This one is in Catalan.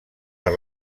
per